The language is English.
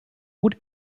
would